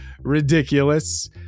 ridiculous